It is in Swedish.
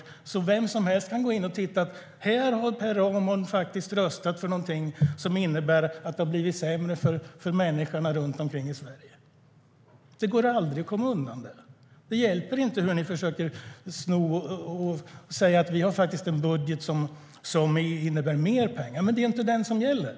Därför kan vem som helst gå in och se att här har faktiskt Per Ramhorn röstat för någonting som innebär att det har blivit sämre för människorna runt omkring i Sverige. Det går aldrig att komma undan det. Det hjälper inte att ni försöker säga att ni faktiskt har en budget som innebär mer pengar. Men det är inte den som gäller.